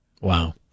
Wow